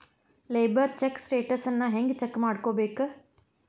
Labour check ಸ್ಟೆಟಸನ್ನ ಹೆಂಗ್ check ಮಾಡ್ಕೊಬೇಕ್?